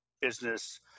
business